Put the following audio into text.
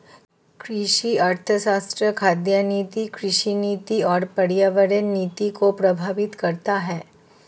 कृषि अर्थशास्त्र खाद्य नीति, कृषि नीति और पर्यावरण नीति को प्रभावित करता है